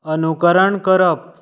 अनुकरण करप